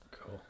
Cool